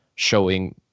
showing